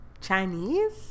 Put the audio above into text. Chinese